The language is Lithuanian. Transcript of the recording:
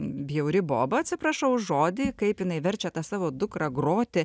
bjauri boba atsiprašau už žodį kaip jinai verčia tą savo dukrą groti